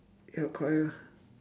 ya correct ah